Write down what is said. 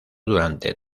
durante